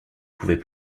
pouvait